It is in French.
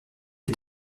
est